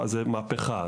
זו מהפכה,